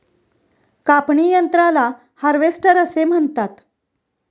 कापणी यंत्राला हार्वेस्टर असे म्हणतात